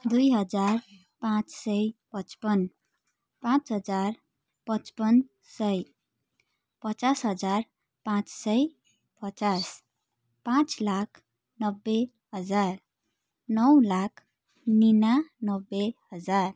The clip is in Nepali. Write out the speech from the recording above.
दुई हजार पाँच सय पचपन् पाँच हजार पचपन् सय पचास हजार पाँच सय पचास पाँच लाख नब्बे हजार नौ लाख उनन्सय हजार